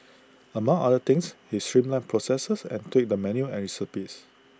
among other things he streamlined processes and tweaked the menu and recipes